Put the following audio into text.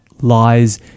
lies